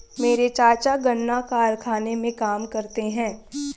मेरे चाचा गन्ना कारखाने में काम करते हैं